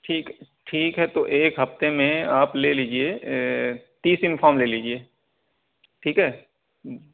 ٹھیک ہے ٹھیک ہے تو ایک ہفتے میں آپ لے لیجئے تیس یونیفارم لے لیجئے ٹھیک ہے